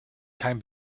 kein